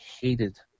hated